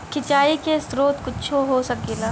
सिंचाइ के स्रोत कुच्छो हो सकेला